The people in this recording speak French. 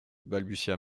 balbutia